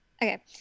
Okay